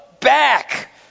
back